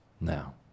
Now